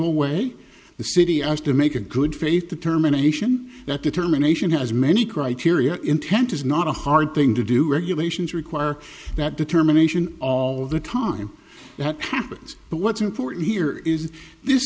weigh the city us to make a good faith determination that determination has many criteria intent is not a hard thing to do regulations require that determination all the time that happens but what's important here is this